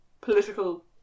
political